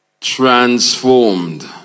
transformed